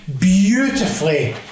beautifully